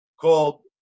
called